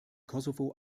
kosovo